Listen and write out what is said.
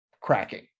cracking